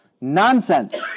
Nonsense